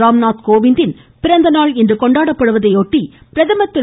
ராம்நாத் கோவிந்தின் பிறந்தநாள் இன்று கொண்டாடப்படுவதையொட்டி பிரதமர் திரு